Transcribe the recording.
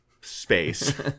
space